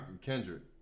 Kendrick